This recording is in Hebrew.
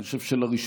אני חושב שלראשונה,